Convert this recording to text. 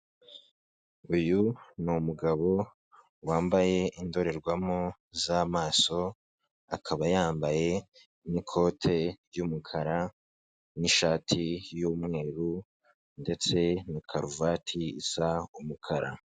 uyu ni numugabo wambaye indorerwamo z'amaso, akaba yambaye n'ikote ry'umukara n'ishati y'Umweru ndetse na karuvati isa umukara.